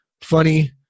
Funny